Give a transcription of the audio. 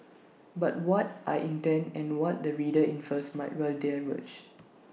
but what I intend and what the reader infers might well diverge